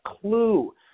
clue